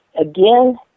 Again